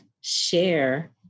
share